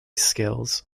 skills